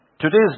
today's